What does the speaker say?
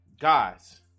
guys